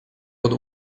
pod